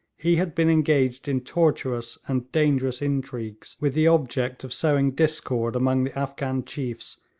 he had been engaged in tortuous and dangerous intrigues, with the object of sowing discord among the afghan chiefs,